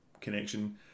connection